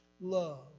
love